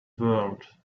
world